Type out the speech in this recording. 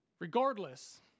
Regardless